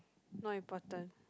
not important